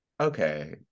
okay